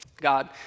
God